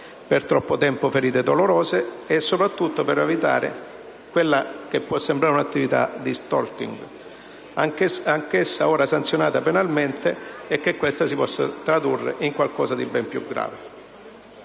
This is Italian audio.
per troppo tempo ferite dolorose e, soprattutto, per evitare una attività di *stalking*, anch'essa ora sanzionata penalmente e che questa si possa tradurre in qualcosa di ben più grave.